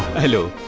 hello